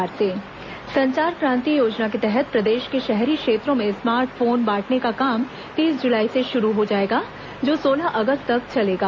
संचार क्रांति योजना संचार क्रांति योजना के तहत प्रदेश के शहरी क्षेत्रों में स्मार्ट फोन बांटने का काम तीस जुलाई से शुरू हो जाएगा जो सोलह अगस्त तक चलेगा